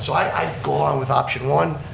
so i'd i'd go along with option one,